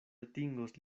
atingos